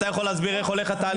אתה יכול להסביר איך הולך התהליך?